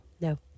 No